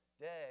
day